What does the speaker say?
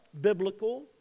biblical